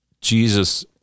Jesus